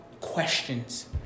questions